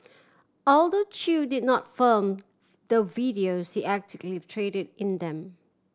although Chew did not film the videos he actively traded in them